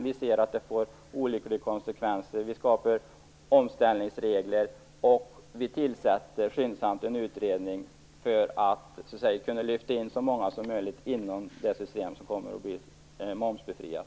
Vi ser att det får olyckliga konsekvenser. Därför skapar vi omställningsregler och tillsätter skyndsamt en utredning för att kunna lyfta in så många som möjligt inom det system som kommer att bli momsbefriat.